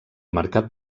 mercat